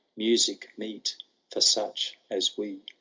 music meet for such as we.